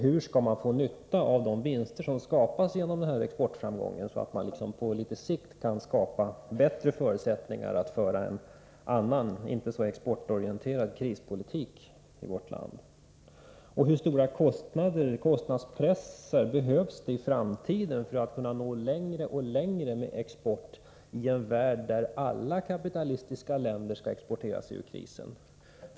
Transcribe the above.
Hur skall man få nytta av de vinster som byggs upp genom exportframgången så att man på litet längre sikt kan skapa bättre förutsättningar att föra en annan, inte så exportorienterad krispolitik i vårt land? Och hur stark kostnadspress behövs det i framtiden för att nå längre och längre med exporten i en värld där alla kapitalistiska länder skall exportera sig ur krisen?